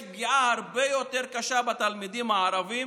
יש פגיעה הרבה יותר קשה בתלמידים הערבים,